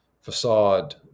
facade